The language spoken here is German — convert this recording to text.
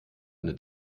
eine